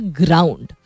ground